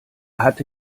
hatte